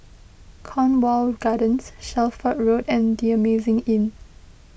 Cornwall Gardens Shelford Road and the Amazing Inn